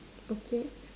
okay